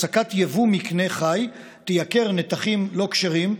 הפסקת יבוא מקנה חי תייקר נתחים לא כשרים,